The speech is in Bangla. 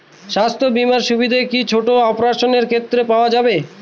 স্বাস্থ্য বীমার সুবিধে কি ছোট অপারেশনের ক্ষেত্রে পাওয়া যাবে?